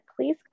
please